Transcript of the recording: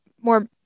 more